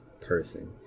person